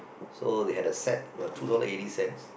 so they had a set for two dollar eighty cents